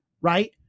right